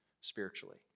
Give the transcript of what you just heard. spiritually